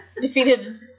defeated